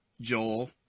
Joel